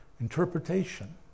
interpretation